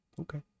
Okay